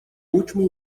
último